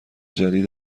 جدید